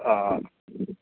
आं आं